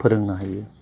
फोरोंनो हायो